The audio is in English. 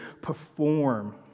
perform